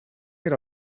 era